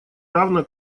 равно